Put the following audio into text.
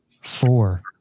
four